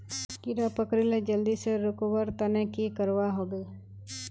कीड़ा पकरिले जल्दी से रुकवा र तने की करवा होबे?